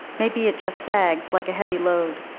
maybe it just sags like a heavy load,